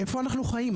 איפה אנחנו חיים?